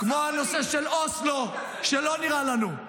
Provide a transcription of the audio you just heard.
כמו הנושא של אוסלו, שלא נראה לנו,